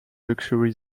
luxury